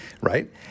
right